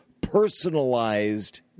personalized